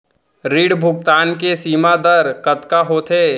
ऋण भुगतान के सीमा दर कतका होथे?